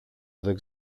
δεν